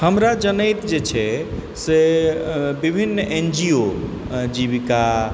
हमरा जनैत जे छै से विभिन्न एन जी ओ जीविका